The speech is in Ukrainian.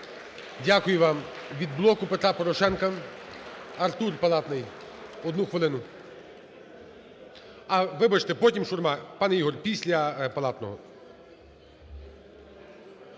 Дякую вам. Від "Блоку Петра Порошенка" Артур Палатний, одну хвилину. А, вибачте, потім Шурма. Пане Ігор, після Палатного.